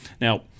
Now